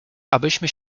abyśmy